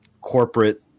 corporate